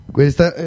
Questa